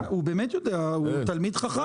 הוא תלמיד חכם.